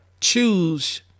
choose